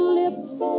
lips